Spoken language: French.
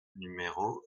numéro